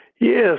Yes